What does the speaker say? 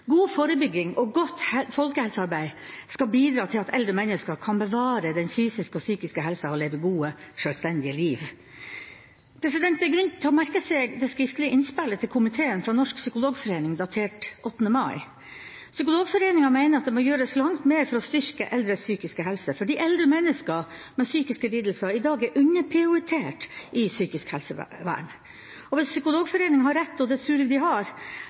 God forebygging og godt folkehelsearbeid skal bidra til at eldre mennesker kan bevare den fysiske og psykiske helsa og leve gode, sjølstendige liv. Det er grunn til å merke seg det skriftlige innspillet til komiteen fra Norsk psykologforening, datert 8. mai. Psykologforeningen mener det må gjøres langt mer for å styrke eldres psykiske helse, fordi eldre mennesker med psykiske lidelser i dag er underprioritert i psykisk helsevern. Hvis Psykologforeningen har rett – og det tror jeg de har